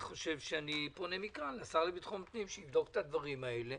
אני פונה מכאן לשר לביטחון הפנים שיבדוק את הדברים האלה.